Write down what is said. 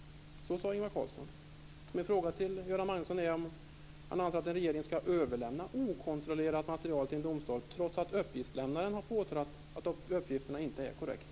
Så sade Ingvar Carlsson. Min fråga till Göran Magnusson är om han anser att en regering skall överlämna okontrollerat material till en domstol, trots att uppgiftslämnaren har uppgivit att uppgifterna inte är korrekta.